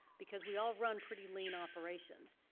because we all run pretty lean operations.